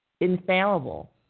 infallible